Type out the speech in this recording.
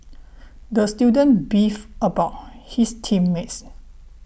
the student beefed about his team mates